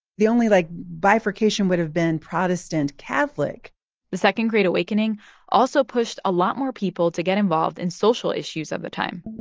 the only, like, bifurcation would have been protestant catholic the second great awakening also pushed a lot more people to get involved in social issues of the time